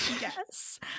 Yes